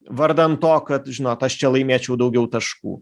vardan to kad žinot aš čia laimėčiau daugiau taškų